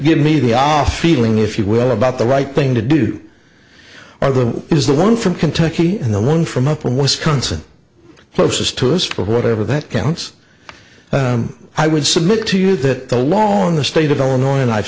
give me the off feeling if you will about the right thing to do or that is the one from kentucky and the one from up from wisconsin closest to us for whatever that counts i would submit to you that the law in the state of illinois and i've